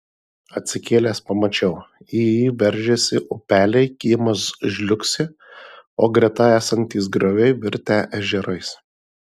atsikėlęs pamačiau į jį veržiasi upeliai kiemas žliugsi o greta esantys grioviai virtę ežerais